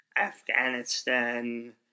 Afghanistan